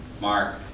Mark